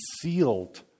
sealed